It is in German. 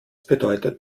bedeutet